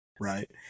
right